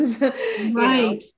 right